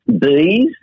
bees